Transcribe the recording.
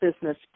business